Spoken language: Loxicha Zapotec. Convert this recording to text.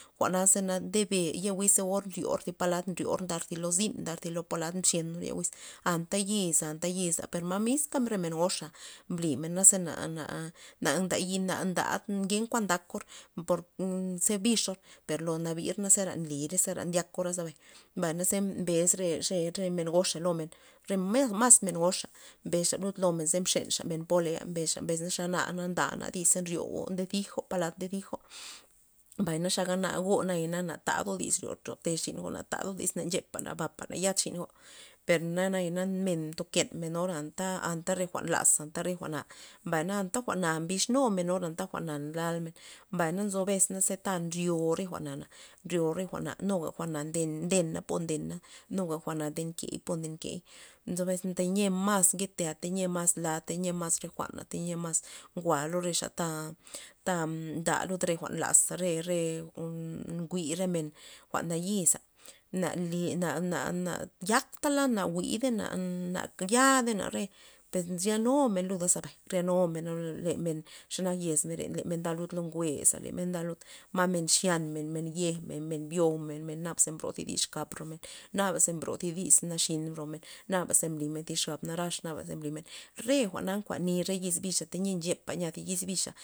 Jwa'na ze ndebe ye xiz ze or ryor thi palad ryor ndar zi lo zyn nadr thi polad nxyenor ye wiz anta yiz anta yiz per miska re men gox mblimenaza na- na na dad yi na ndadmen kenkuan ndakor por ze bixor per lo nabi zera nlirey zera ndyakor zera ze, mbay naze mbes rexa re men goxa lomen re men mas men gox mbesxa lud lomen za len polay mbesxa xa na nda dis ze nryo nde zijo palad nde zijo mbay xaga gona na tado dis ryote xino na tado dis na nxepa ba na yan xino per na nayana men ndoken men or anta- anta re jwa'n laza anta re jwa'na mbay anta jwa'na bex numen or anta jwa'na ngalmen mbay na nzo bes na anta nryo re jwa'na nryo re jwa'na jwa'na nden- nden po ndena jwa'na ndey key ndenkey nzo abes mas nketea mas nketea la tayia mas re jwa'n tayia mas nketea tayia mas la tayia mas re jwa'na tayia ngoa lo re xa ta mda lud re jwa'n laza re- re njwi're men jwa'n nayiza na li na- na- na yaktala na jwi'dey na na yadey na puez ryanumen ryanumen lo le men xe nak yez menr nda lud njwe'z le men nda lud lamen xyanmen yej men- men byo men naba ze bro thi dis exkap romen naba ze mbro thi dis naxin romen naba ze mblimen thi xab narax naba re jwa'na kuan ni re yiz yiza tayia nchepa yiz bixa.